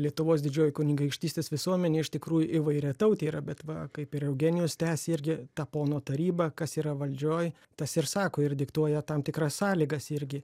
lietuvos didžioji kunigaikštystės visuomenė iš tikrųjų įvairiatautė yra bet va kaip ir eugenijus tęsė irgi tą pono tarybą kas yra valdžioj tas ir sako ir diktuoja tam tikras sąlygas irgi